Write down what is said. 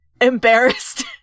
embarrassed